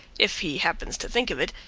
if he happens to think of it,